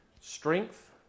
Strength